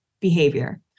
behavior